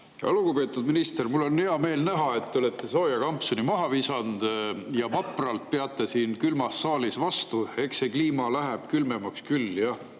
Lugupeetud minister! Mul on hea meel näha, et te olete sooja kampsuni maha visanud ja vapralt peate siin külmas saalis vastu. Eks see kliima läheb külmemaks küll, jah.